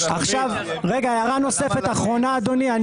הערה נוספת אחרונה אדוני.